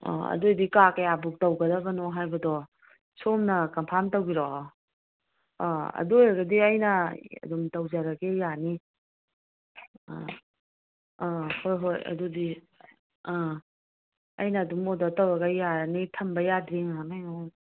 ꯑꯥ ꯑꯗꯨ ꯑꯣꯏꯗꯤ ꯀꯥ ꯀꯌꯥ ꯕꯨꯛ ꯇꯧꯒꯗꯕꯅꯣ ꯍꯥꯏꯕꯗꯣ ꯁꯣꯝꯅ ꯀꯝꯐꯥꯝ ꯇꯧꯕꯤꯔꯛꯑꯣ ꯑꯥ ꯑꯗꯨ ꯑꯣꯏꯔꯒꯗꯤ ꯑꯩꯅ ꯑꯗꯨꯝ ꯇꯧꯖꯔꯒꯦ ꯌꯥꯅꯤ ꯑꯥ ꯑꯥ ꯍꯣꯏ ꯍꯣꯏ ꯑꯗꯨꯗꯤ ꯑꯥ ꯑꯩꯅ ꯑꯗꯨꯝ ꯑꯣꯗꯔ ꯇꯧꯔꯒ ꯌꯥꯔꯅꯤ ꯊꯝꯕ ꯌꯥꯗ꯭ꯔꯤ ꯉꯥꯏꯍꯥꯛ ꯉꯥꯏꯈꯣ